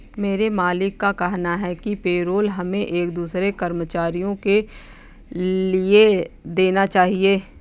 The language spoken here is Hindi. मेरे मालिक का कहना है कि पेरोल हमें एक दूसरे कर्मचारियों के लिए देना चाहिए